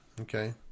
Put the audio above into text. Okay